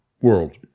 world